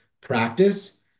practice